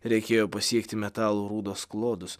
reikėjo pasiekti metalo rūdos klodus